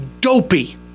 dopey